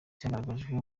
cyagaragajwe